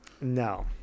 No